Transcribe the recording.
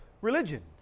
religion